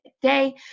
day